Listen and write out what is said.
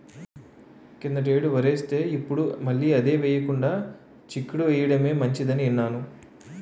కిందటేడు వరేస్తే, ఇప్పుడు మళ్ళీ అదే ఎయ్యకుండా చిక్కుడు ఎయ్యడమే మంచిదని ఇన్నాను